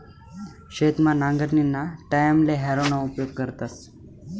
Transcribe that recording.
शेतमा नांगरणीना टाईमले हॅरोना उपेग करतस